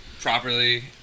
properly